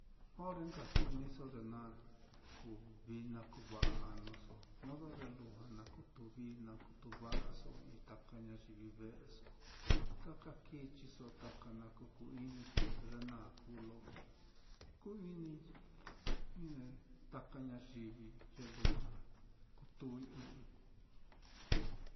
Ore nka ku-iniso ye na kuu vií na kuu va'a anuso modo ye lujua na kuti vií kutu va'aso i'i taka ñayivi ve'eso, taka kichiso taka na kuku iniso, te ye naá kuu lo ku-ini taka ñayivi ye lujua kutuii ɨ́ɨ́n ɨ́ɨ́n-i.